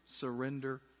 surrender